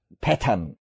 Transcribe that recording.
pattern